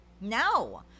no